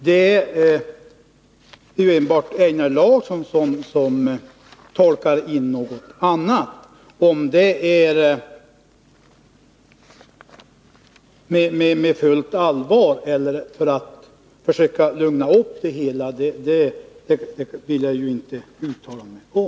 Det är enbart Einar Larsson som tolkar in något annat. Om han gör det på fullt allvar eller för att försöka lugna ner det hela vill jag inte uttala mig om.